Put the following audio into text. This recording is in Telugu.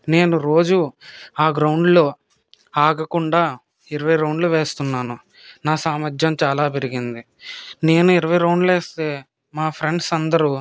నేను రోజు ఆ గ్రౌండులో ఆగకుండా ఇరవై రౌండ్లు వేస్తున్నాను నా సామర్థ్యం చాలా పెరిగింది నేను ఇరవై రౌండ్లు వేస్తె మా ఫ్రెండ్స్ అందరూ